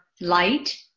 light